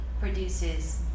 produces